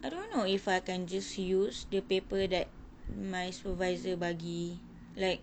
I don't know if I can just use the paper that my supervisor bagi like